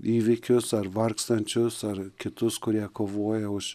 įvykius ar vargstančius ar kitus kurie kovoja už